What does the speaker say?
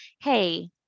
hey